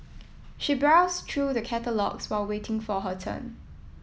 she browsed through the catalogues while waiting for her turn